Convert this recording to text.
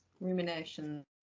Ruminations